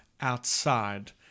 outside